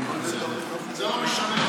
כי זה, הוספתי.